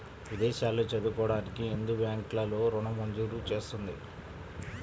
విదేశాల్లో చదువుకోవడానికి ఎందుకు బ్యాంక్లలో ఋణం మంజూరు చేస్తుంది?